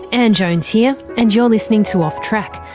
ann jones here and you're listening to off track.